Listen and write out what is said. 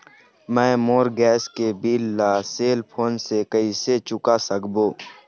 मैं मोर गैस के बिल ला सेल फोन से कइसे चुका सकबो?